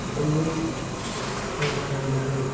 ᱤᱧᱤᱧ ᱵᱟᱲᱟᱭ ᱫᱟᱲᱮᱭᱟᱜᱼᱟ